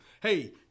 Hey –